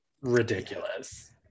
ridiculous